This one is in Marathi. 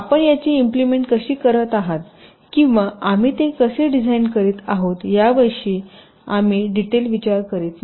आपण याची इम्पलिमेन्ट कशी करीत आहात किंवा आम्ही ते कसे डिझाइन करीत आहोत याविषयी आम्ही डिटेल विचार करीत नाही